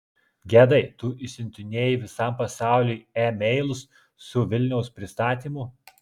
gedai tu išsiuntinėjai visam pasauliui e meilus su vilniaus pristatymu